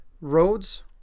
roads